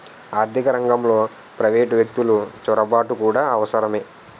ఆర్థిక రంగంలో ప్రైవేటు వ్యక్తులు చొరబాటు కూడా అవసరమే